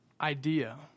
idea